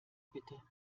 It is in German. bitte